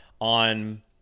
on